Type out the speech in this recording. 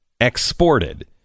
exported